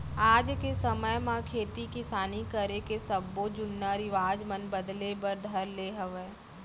आज के समे म खेती किसानी करे के सब्बो जुन्ना रिवाज मन बदले बर धर ले हवय